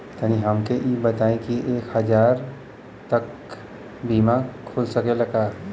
तनि हमके इ बताईं की एक हजार तक क बीमा खुल सकेला का?